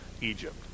Egypt